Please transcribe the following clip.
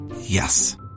Yes